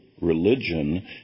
religion